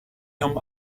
him